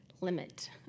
limit